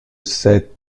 cet